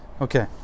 Okay